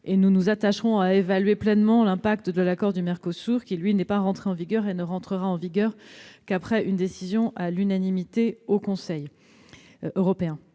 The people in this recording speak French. Nous nous attacherons aussi à évaluer pleinement les effets de l'accord avec le Mercosur, qui, lui, n'est pas encore entré en vigueur et n'entrera en vigueur qu'après une décision à l'unanimité du Conseil européen.